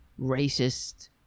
racist